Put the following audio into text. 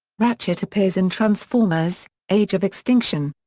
ratchet appears in transformers age of extinction.